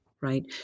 right